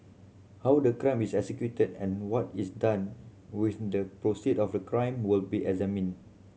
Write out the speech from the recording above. how the crime is executed and what is done with the proceed of the crime will be examined